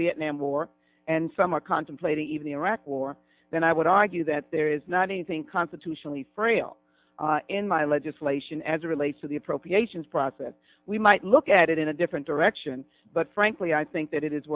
vietnam war and some are contemplating even the iraq war then i would argue that there is not anything constitutionally frale in my legislation as relates to the appropriations process we might look at it in a different direction but frankly i think that it is